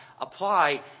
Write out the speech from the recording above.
apply